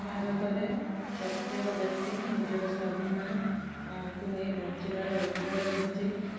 ଭାରତରେ ପ୍ରତ୍ୟେକ ବ୍ୟକ୍ତି ନିଜର ସ୍ୱାଭିମାନ କୁ ନେଇ ବଞ୍ଚିବାର ଅଧିକାର ରହିଛି